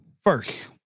first